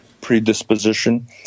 predisposition